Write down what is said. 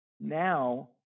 now